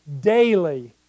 daily